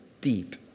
deep